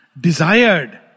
desired